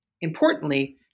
Importantly